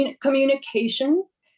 communications